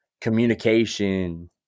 communication